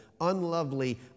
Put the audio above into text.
unlovely